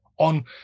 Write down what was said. On